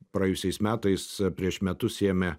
praėjusiais metais prieš metus ėmė